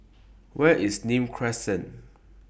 Where IS Nim Crescent